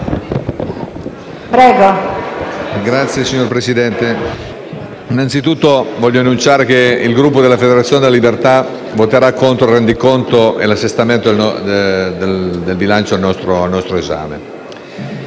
Presidente, desidero innanzitutto dichiarare che il Gruppo della Federazione della Libertà voterà contro il rendiconto e l'assestamento del bilancio al nostro esame.